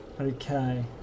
Okay